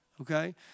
okay